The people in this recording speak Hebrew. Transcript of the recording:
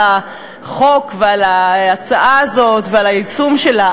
החוק ועל ההצעה הזאת ועל היישום שלה.